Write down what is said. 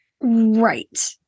Right